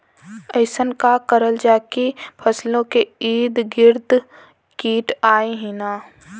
अइसन का करल जाकि फसलों के ईद गिर्द कीट आएं ही न?